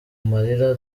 marira